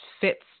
fits